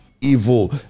evil